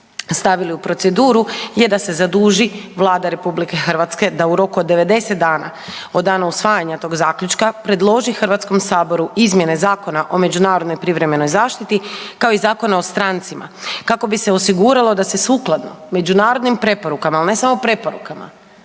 stavili u proceduru je da se zaduži Vlada RH da u roku 90 dana od dana usvajanja tog zaključka predloži HS-u izmjene Zakona o međunarodnoj privremenoj zaštiti kao i Zakona o strancima kako bi se osiguralo da se sukladno međunarodnim preporukama, ali ne samo preporukama